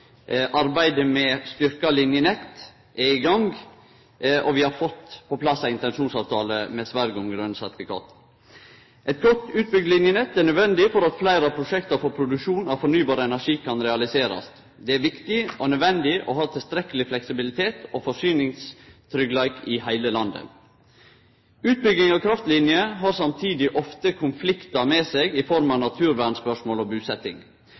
Arbeidet med styrkte linjenett er i gang, og vi har fått på plass ei intensjonsavtale med Sverige om grøne sertifikat. Eit godt utbygt linjenett er nødvendig for at fleire av prosjekta for produksjon av fornybar energi kan realiserast. Det er viktig og nødvendig å ha tilstrekkeleg fleksibilitet og forsyningstryggleik i heile landet. Utbygging av kraftlinjer har samtidig ofte konfliktar med seg i form av naturvernspørsmål og